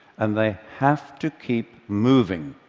and they have to keep moving,